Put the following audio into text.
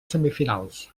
semifinals